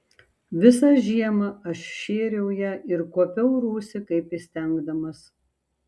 visą žiemą aš šėriau ją ir kuopiau rūsį kaip įstengdamas